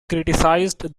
criticized